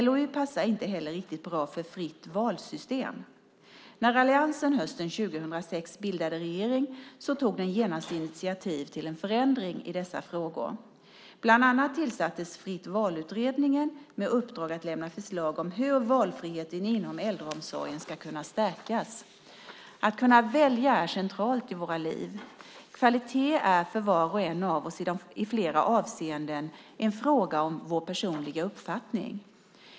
LOU passar inte heller riktigt bra för fritt-val-system. När alliansen hösten 2006 bildade regering tog den genast initiativ till en förändring i dessa frågor. Bland annat tillsattes Fritt val-utredningen med uppdrag att lämna förslag om hur valfriheten inom äldreomsorgen ska kunna stärkas. Att kunna välja är centralt i våra liv. Kvalitet är för var och en av oss i flera avseenden en fråga om vår personliga uppfattning.